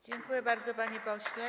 Dziękuję bardzo, panie pośle.